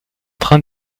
train